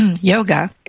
Yoga